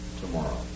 tomorrow